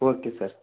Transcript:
okay sir